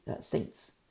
saints